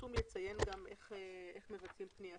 הפרסום יציין גם איך מבצעים פניית